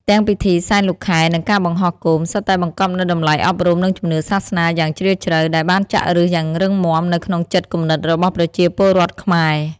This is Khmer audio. ទាំងពិធីសែនលោកខែ និងការបង្ហោះគោម សុទ្ធតែបង្កប់នូវតម្លៃអប់រំ និងជំនឿសាសនាយ៉ាងជ្រាលជ្រៅ ដែលបានចាក់ឫសយ៉ាងរឹងមាំនៅក្នុងចិត្តគំនិតរបស់ប្រជាពលរដ្ឋខ្មែរ។